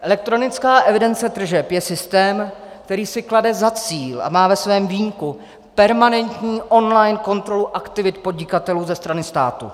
Elektronická evidence tržeb je systém, který si klade za cíl a má ve svém vínku permanentní online kontrolu aktivit podnikatelů ze strany státu.